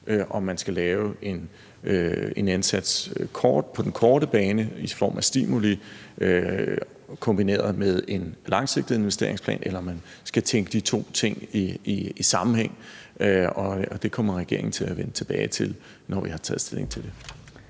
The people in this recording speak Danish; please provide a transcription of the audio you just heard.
om man skal lave en indsats på den korte bane i form af stimuli kombineret med en langsigtet investeringsplan, eller om man skal tænke de to ting i sammenhæng. Det kommer regeringen til at vende tilbage med, når vi har taget stilling til det.